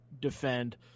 defend